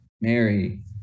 Mary